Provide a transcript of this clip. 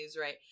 right